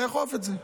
לאכוף את זה.